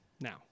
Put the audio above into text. now